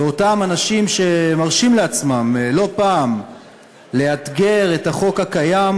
ואותם אנשים שמרשים לעצמם לא פעם לאתגר את החוק הקיים,